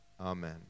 Amen